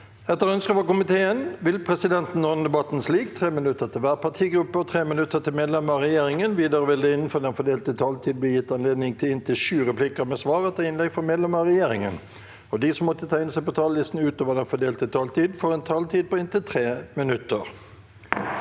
og omsorgskomiteen vil presidenten ordne debatten slik: 3 minutter til hver partigruppe og 3 minutter til medlemmer av regjeringen. Videre vil det – innenfor den fordelte taletid – bli gitt anledning til inntil sju replikker med svar etter innlegg fra medlemmer av regjeringen, og de som måtte tegne seg på talerlisten utover den fordelte taletiden, får også en taletid på inntil 3 minutter.